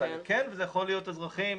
אותה לחיובית ואלה יכולים להיות אזרחים